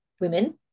women